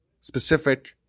specific